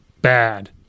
Bad